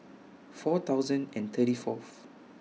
four thousand and thirty Fourth